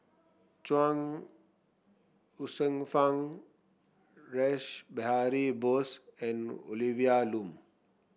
Chuang Hsueh Fang Rash Behari Bose and Olivia Lum